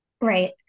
Right